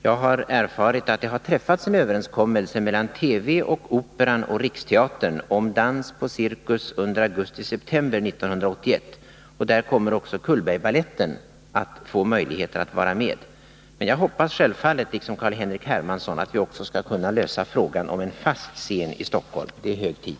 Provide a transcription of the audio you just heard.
Jag har erfarit att det har träffats en överenskommelse mellan TV, Operan och riksteatern om dans på Cirkus under augusti och september 1981, och där kommer också Cullbergbaletten att få möjligheter att vara med. Men jag hoppas självfallet, liksom Carl-Henrik Hermansson, att vi också skall kunna lösa frågan om en fast scen i Stockholm. Det är hög tid.